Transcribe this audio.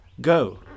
Go